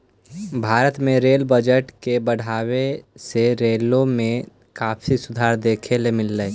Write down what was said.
भारत में rail budget के बढ़ावे से रेलों में काफी सुधार देखे मिललई